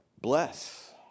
Bless